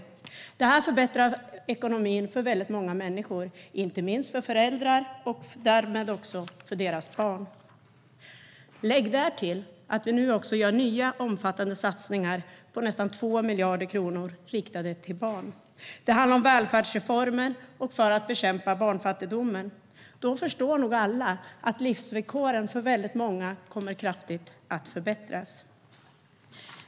Det här förbättrar ekonomin för väldigt många människor, inte minst för föräldrar och därmed också för deras barn. Lägg därtill att vi nu gör omfattande nya satsningar på nästan 2 miljarder kronor riktade till barn. Det handlar om välfärdsreformer och att bekämpa barnfattigdomen. Då förstår nog alla att livsvillkoren för väldigt många kommer att kraftigt förbättras.